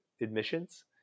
admissions